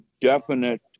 definite